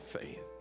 faith